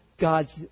God's